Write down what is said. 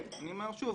כן, אני אומר שוב,